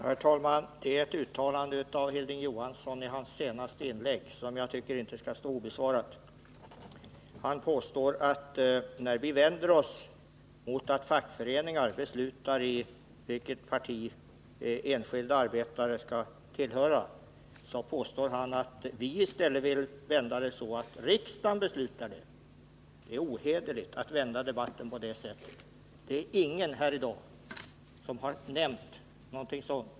Herr talman! Det var ett uttalande i Hilding Johanssons senaste inlägg som inte bör få stå obesvarat. När vi opponerar mot att fackföreningar beslutar om vilket parti enskilda arbetare skall tillhöra, så påstår Hilding Johansson att vi i stället vill vända det så att det är riksdagen som skall besluta om detta. Det är ohederligt att föra debatten på det sättet. Ingen har här i dag nämnt någonting sådant.